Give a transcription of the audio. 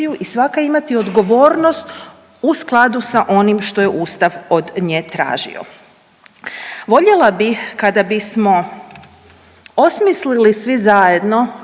i svaka imati odgovornost u skladu sa onim što je ustav od nje tražio. Voljela bih kada bismo osmislili svi zajedno,